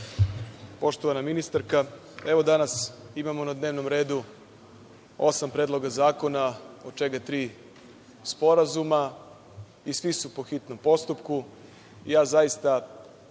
ministarka, evo danas imamo na dnevnom redu osam predloga zakona od čega tri sporazuma i svi su po hitnom postupku.